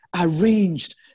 arranged